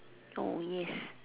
yes